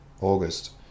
August